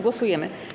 Głosujemy.